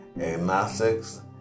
agnostics